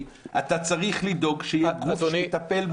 ולהעביר חוק כזה אתה צריך לדאוג שיהיה גוף שיטפל.